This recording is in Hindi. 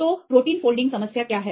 तो प्रोटीन फोल्डिंगसमस्या क्या है